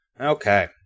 Okay